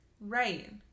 Right